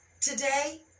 today